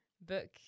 book